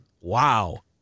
Wow